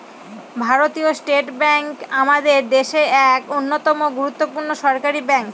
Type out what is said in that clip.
ভারতীয় state bank আমাদের দেশের এক অন্যতম গুরুত্বপূর্ণ সরকারি ব্যাঙ্ক